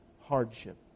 hardship